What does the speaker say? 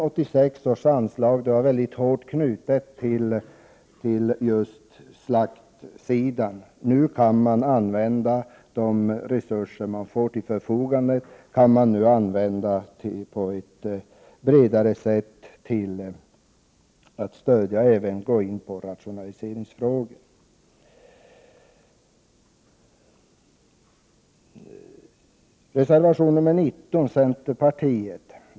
1985/86 års anslag var väldigt hårt knutet till slakten. De resurser man får till förfogande kan man nu använda på ett bredare sätt och också gå in på rationaliseringsfrågor.